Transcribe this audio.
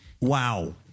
wow